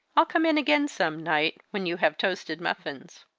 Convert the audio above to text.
i'll come in again some night, when you have toasted muffins!